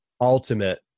ultimate